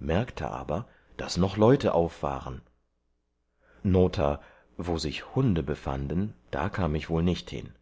merkte aber bald daß noch leute auf waren nota wo sich hunde befanden da kam ich wohl nicht hin